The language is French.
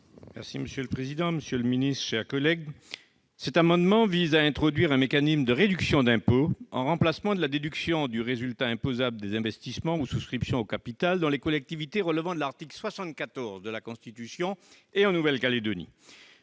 est ainsi libellé : La parole est à M. Michel Magras. Cet amendement vise à introduire un mécanisme de réduction d'impôt en remplacement de la déduction du résultat imposable des investissements ou souscriptions au capital dans les collectivités relevant de l'article 74 de la Constitution et en Nouvelle-Calédonie.